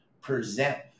present